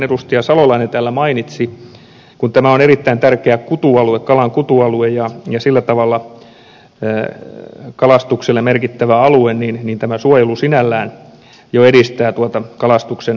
salolainen täällä mainitsi kun tämä on erittäin tärkeä kalan kutualue ja sillä tavalla kalastukselle merkittävä alue tämä suojelu sinällään jo edistää tuota kalastuksen edistämisen tarkoitusta